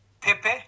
Pepe